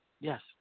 Yes